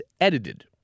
edited